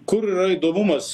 kur yra įdomumas